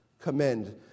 Commend